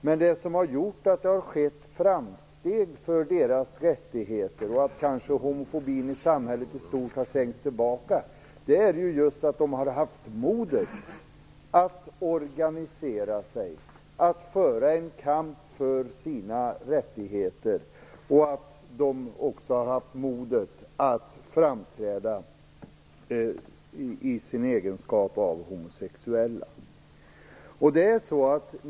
Men det som har gjort att det har skett framsteg för deras rättigheter och att homofobin i samhället i stort har trängts tillbaka är ju att de homosexuella har haft modet att organisera sig, att föra en kamp för sina rättigheter. De har också haft modet att framträda i sin egenskap av homosexuella.